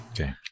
Okay